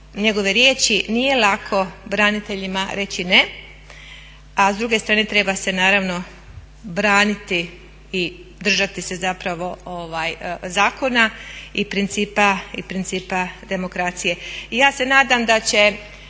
njegove riječi: "Nije lako braniteljima reći ne, a s druge strane treba se naravno braniti i držati se zapravo zakona i principa demokracije." I ja se nadam da će